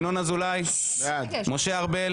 ינון אזולאי בעד; משה ארבל